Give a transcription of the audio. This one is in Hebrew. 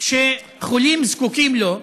שחולים זקוקים לו.